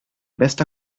bester